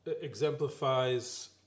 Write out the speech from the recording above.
exemplifies